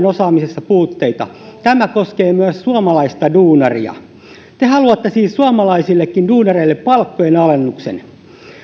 osaamisessa puutteita tämä koskee myös suomalaista duunaria te haluatte siis suomalaisillekin duunareille palkkojen alennuksen